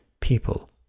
people